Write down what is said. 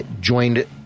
joined